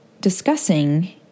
discussing